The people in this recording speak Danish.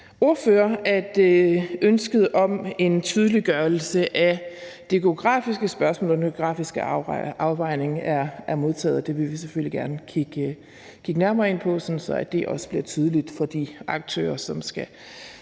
ordfører, at ønsket om en tydeliggørelse af det geografiske spørgsmål og den geografiske afvejning er modtaget, og det vil vi selvfølgelig gerne kigge nærmere på, sådan at det også bliver tydeligt for de aktører, som skal